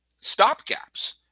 stopgaps